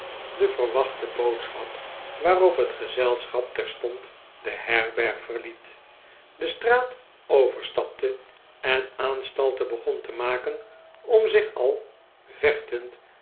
de verwachte boodscbap waarop het gezelschap terstond de herberg verliet de straat o verstapte en aanstalten begon te maken om zich al